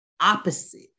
opposite